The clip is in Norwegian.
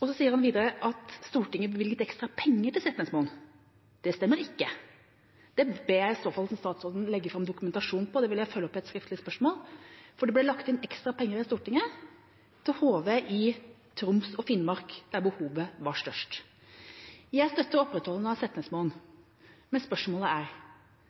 Han sier videre at Stortinget bevilget ekstra penger til Setnesmoen. Det stemmer ikke. Det ber jeg i så fall statsråden legge fram dokumentasjon på. Det vil jeg følge opp i et skriftlig spørsmål, for det ble lagt inn ekstra penger i Stortinget til HV i Troms og Finnmark, der behovet var størst. Jeg støtter opprettholdelsen av Setnesmoen, men spørsmålet er: